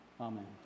Amen